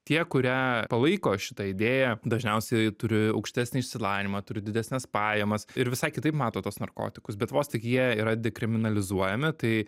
tie kurie palaiko šitą idėją dažniausiai turi aukštesnį išsilavinimą turi didesnes pajamas ir visai kitaip mato tuos narkotikus bet vos tik jie yra dekriminalizuojami tai